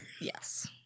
Yes